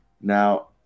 Now